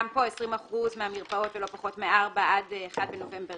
גם פה 20% מהמרפאות ולא פחות מ-4 עד 1 בנובמבר